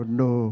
no